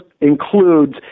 includes